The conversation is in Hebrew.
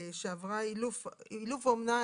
"עברה אילוף ואומנה",